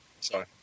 Sorry